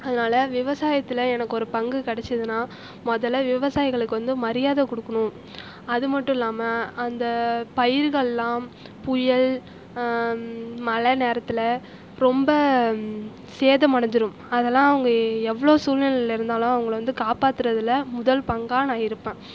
அதனால விவசாயத்தில் எனக்கு ஒரு பங்கு கிடச்சுதுன்னா முதல்ல விவசாயிகளுக்கு வந்து மரியாதை கொடுக்குணும் அது மட்டும் இல்லாமல் அந்த பயிர்களெலாம் புயல் மழை நேரத்தில் ரொம்ப சேதம் அடைஞ்சிடும் அதெலாம் அவங்க எவ்வளோ சூழ்நிலையிருந்தாலும் அவங்கள வந்து காப்பாத்துறதில் முதல் பங்காக நான் இருப்பேன்